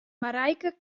marijke